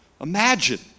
imagine